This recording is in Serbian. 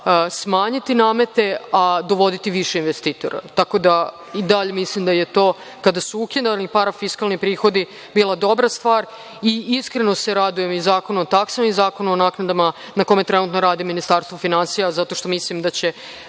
smanjiti namete, a dovoditi više investitora. Tako da i dalje mislim da je to, kada su ukidani parafiskalni prihodi, bila dobra stvar i iskreno se radujem i Zakonu o taksama i Zakonu o naknadama, na kome trenutno radi Ministarstvo finansija, zato što mislim da će